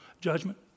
judgment